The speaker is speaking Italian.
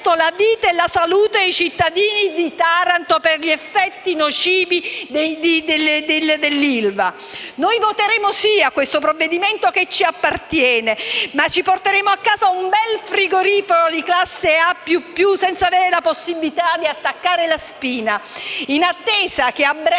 la vita e la salute dei cittadini di Taranto per gli effetti nocivi dell'ILVA. Noi voteremo sì a questo provvedimento, che ci appartiene, ma ci porteremo a casa un bel frigorifero di classe A++ senza avere la possibilità di attaccare la spina, in attesa che - a breve